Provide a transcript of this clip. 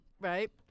Right